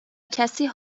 کسی